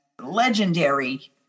legendary